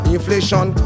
Inflation